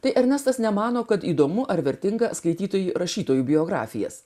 tai ernestas nemano kad įdomu ar vertinga skaitytojų rašytojų biografijas